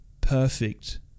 perfect